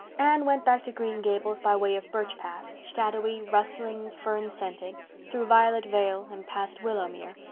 anne went back to green gables by way of birch path, shadowy, rustling, fern-scented, through violet vale and past willowmere,